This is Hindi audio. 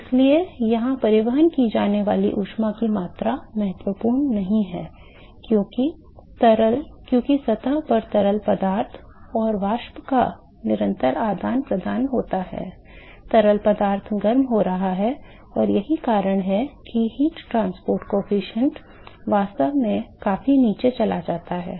इसलिए यहां परिवहन की जाने वाली ऊष्मा की मात्रा महत्वपूर्ण नहीं है क्योंकि सतह पर तरल पदार्थ और वाष्प का निरंतर आदान प्रदान होता है तरल पदार्थ गर्म हो रहा था और यही कारण है कि ऊष्मा परिवहन गुणांक वास्तव में काफी नीचे चला जाता है